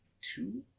Two